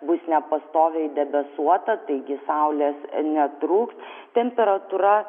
bus nepastoviai debesuota taigi saulės netrūks temperatūra